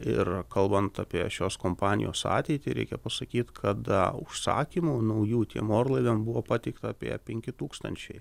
ir kalbant apie šios kompanijos ateitį reikia pasakyt kad užsakymų naujų tiem orlaiviam buvo pateikta apie penki tūkstančiai